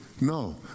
No